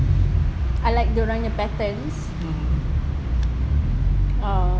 I like dia orang punya patterns ah